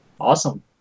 Awesome